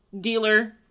dealer